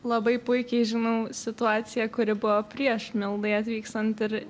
labai puikiai žinau situaciją kuri buvo prieš mildai atvykstant ir